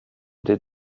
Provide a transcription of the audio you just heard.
des